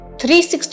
360